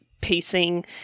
pacing